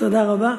תודה רבה.